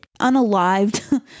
unalived